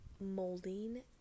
molding